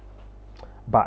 but